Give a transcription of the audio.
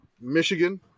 Michigan